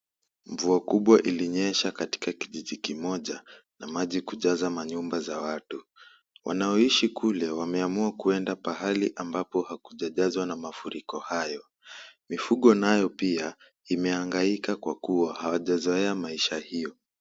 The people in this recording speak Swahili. Mvua kubwa ilinyesha katika kijiji kimoja na maji kujaza manyumba za watu. Wanaoishi kule wameamua kuenda pahali ambapo hakujajazwa na mafuriko hayo, mifugo nayo pia imehangaika kwa kuwa hawajazoea maisha hiyo.